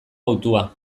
hautua